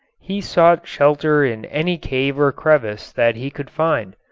he sought shelter in any cave or crevice that he could find.